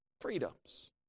freedoms